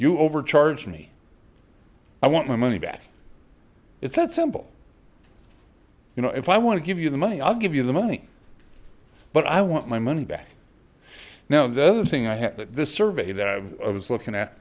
you overcharge me i want my money back it's that simple you know if i want to give you the money i'll give you the money but i want my money back now the other thing i have this survey that i've was looking at